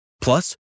Plus